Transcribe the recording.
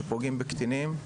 שפוגעים בקטינים,